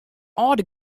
âlde